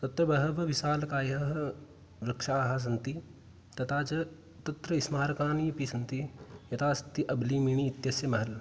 तत्र बहवः विशालकायाः वृक्षाः सन्ति तथा च तत्र स्मारकानि अपि सन्ति यथा अस्ति अब्लिमिम इत्यस्य महल्